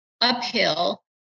uphill